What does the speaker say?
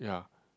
ya